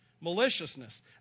maliciousness